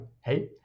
Hey